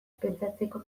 pentsatzeko